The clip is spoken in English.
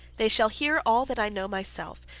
they shall hear all that i know myself,